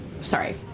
sorry